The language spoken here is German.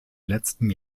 letzten